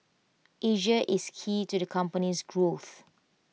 Asia is key to the company's growth